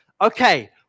Okay